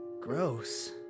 Gross